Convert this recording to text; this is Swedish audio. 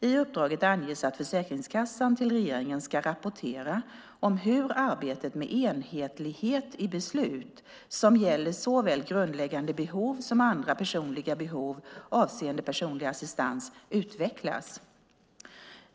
I uppdraget anges att Försäkringskassan till regeringen ska rapportera hur arbetet med enhetlighet i beslut som gäller såväl grundläggande behov som andra personliga behov avseende personlig assistans utvecklas.